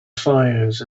fires